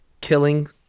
killing